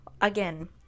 again